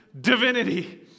divinity